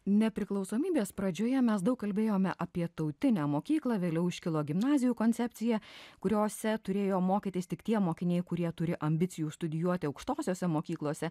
nepriklausomybės pradžioje mes daug kalbėjome apie tautinę mokyklą vėliau iškilo gimnazijų koncepcija kuriose turėjo mokytis tik tie mokiniai kurie turi ambicijų studijuoti aukštosiose mokyklose